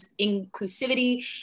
inclusivity